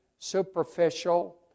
superficial